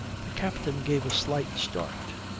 the captain gave a slight start,